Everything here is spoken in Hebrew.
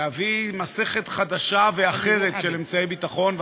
להביא מסכת חדשה ואחרת של אמצעי ביטחון,